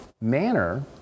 manner